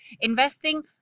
investing